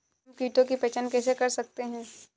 हम कीटों की पहचान कैसे कर सकते हैं?